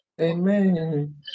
Amen